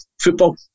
football